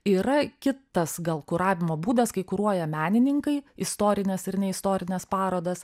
yra kitas gal kuravimo būdas kai kuruoja menininkai istorines ir neistorines parodas